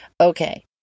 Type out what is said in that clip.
Okay